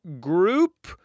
group